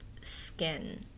skin